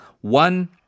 One